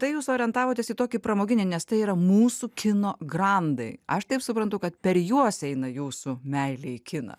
tai jūs orientavotės į tokį pramoginį nes tai yra mūsų kino grandai aš taip suprantu kad per juos eina jūsų meilė į kiną